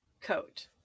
coat